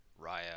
Raya